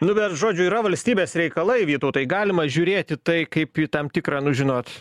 nu bet žodžiu yra valstybės reikalai vytautai galima žiūrėt į tai kaip į tam tikrą nu žinot